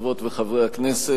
חברות וחברי הכנסת,